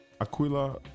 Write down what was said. Aquila